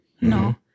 No